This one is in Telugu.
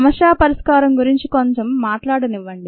సమస్య పరిష్కారం గురించి మొదట కొంచెం మాట్లాడనివ్వండి